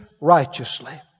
righteously